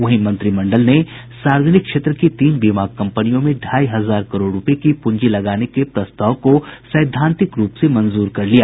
वहीं मंत्रिमंडल ने सार्वजनिक क्षेत्र की तीन बीमा कंपनियों में ढ़ाई हजार करोड़ रुपये की पूंजी लगाने के प्रस्ताव को सैद्वांद्वित रूप से मंजूर कर लिया